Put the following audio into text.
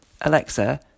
alexa